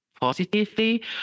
positively